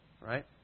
right